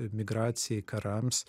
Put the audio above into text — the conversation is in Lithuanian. migracijai karams